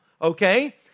okay